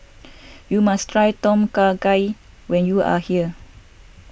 you must try Tom Kha Gai when you are here